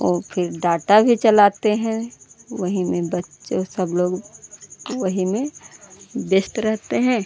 और फिर डाटा भी चलाते हैं वही में बच्चों सब लोग वही में व्यस्त रहते हैं